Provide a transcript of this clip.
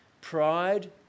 Pride